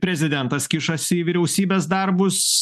prezidentas kišasi į vyriausybės darbus